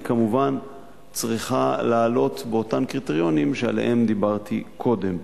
היא כמובן צריכה לענות על אותם קריטריונים שעליהם דיברתי קודם,